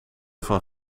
van